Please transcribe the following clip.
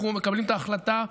אנחנו מקבלים את ההחלטה היום,